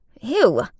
Ew